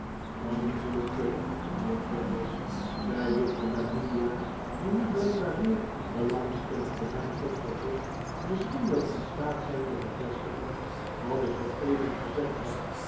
dan zult ge mijnheer traddles zei juffrouw lavinia die nu blijkbaar meer belangstelling voor hem opvatte misschien wel in staat zijn te bevestigen wat ik zooeven gezegd heb